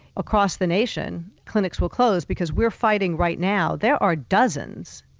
across the nation, clinics will close. because we're fighting right now, there are dozens,